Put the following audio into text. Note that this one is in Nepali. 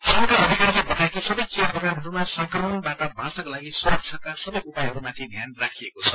संघका अधिकारीले बताए कि सबै चिया बगानहरूमा संक्रमणबाट बाँच्नका लागि सुरक्षाका सबै उपयहरूमाथि ध्यान राखिएको छ